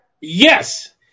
Yes